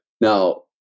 Now